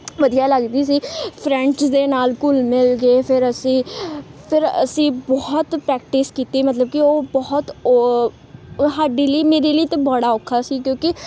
ਵਧੀਆ ਲੱਗਦੀ ਸੀ ਫਰੈਂਡਸ ਦੇ ਨਾਲ ਘੁਲ ਮਿਲ ਕੇ ਫਿਰ ਅਸੀਂ ਫਿਰ ਅਸੀਂ ਬਹੁਤ ਪ੍ਰੈਕਟਿਸ ਕੀਤੀ ਮਤਲਬ ਕਿ ਉਹ ਬਹੁਤ ਉਹ ਸਾਡੇ ਲਈ ਮੇਰੇ ਲਈ ਤਾਂ ਬੜਾ ਔਖਾ ਸੀ ਕਿਉਂਕਿ